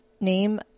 name